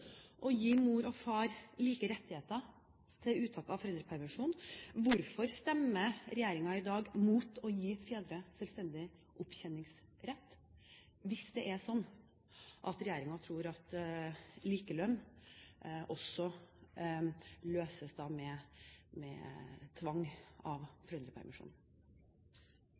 å gi mor og far like rettigheter til uttak av foreldrepermisjon? Hvorfor stemmer regjeringen i dag mot å gi fedre selvstendig opptjeningsrett, hvis regjeringen tror at likelønn også løses med tvang i forbindelse med foreldrepermisjonen?